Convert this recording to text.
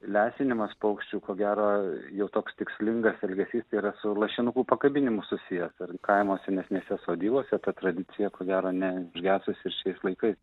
lesinimas paukščių ko gero jau toks tikslingas elgesys tai yra su lašinukų pakabinimu susijęs ir kaimo senesnėse sodybose ta tradicija ko gero ne užgesus ir šiais laikais